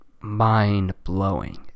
mind-blowing